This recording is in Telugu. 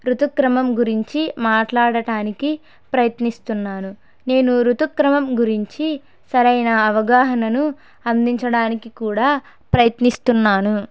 రుతుక్రమం గురించి మాట్లాడటానికి ప్రయత్నిస్తున్నాను నేను రుతుక్రమం గురించి సరైన అవగాహన అందించడానికి కూడా ప్రయత్నిస్తున్నాను